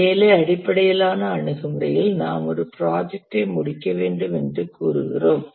வேலை அடிப்படையிலான அணுகுமுறையில் நாம் ஒரு ப்ராஜெக்டை முடிக்க வேண்டும் என்று கூறுகிறோம்